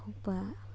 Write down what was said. ꯊꯣꯛꯄ